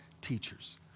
teachers